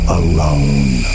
alone